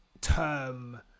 term